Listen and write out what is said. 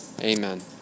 amen